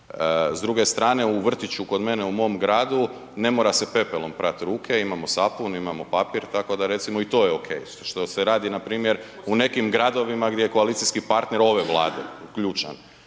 S druge strane u vrtiću kod mene u mom gradu ne mora se pepelom prat ruke, imamo sapun, imamo papir, tako da recimo i to je okej, što se radi npr. u nekim gradovima gdje je koalicijski partner ove Vlade ključan.